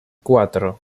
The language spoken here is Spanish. cuatro